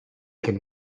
can